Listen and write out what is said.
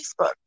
Facebook